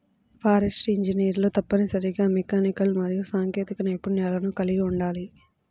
forestry ఇంజనీర్లు తప్పనిసరిగా mechanical మరియు సాంకేతిక నైపుణ్యాలను కలిగి ఉండాలి